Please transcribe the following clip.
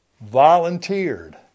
volunteered